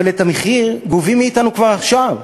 אבל את המחיר גובים מאתנו כבר עכשיו,